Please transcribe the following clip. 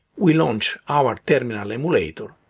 we launch our terminal emulator,